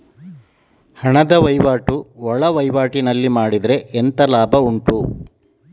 ಹಣದ ವಹಿವಾಟು ಒಳವಹಿವಾಟಿನಲ್ಲಿ ಮಾಡಿದ್ರೆ ಎಂತ ಲಾಭ ಉಂಟು?